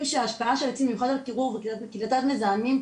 הקובעים שההשפעה של העצים ויכולת קירור וקליטת מזהמים,